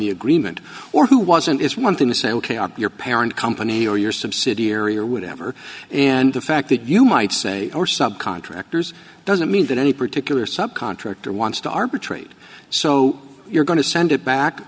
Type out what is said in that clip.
the agreement or who wasn't it's one thing to say ok i'm your parent company or your subsidiary or whatever and the fact that you might say or subcontractors doesn't mean that any particular sub contractor wants to arbitrate so you're going to send it back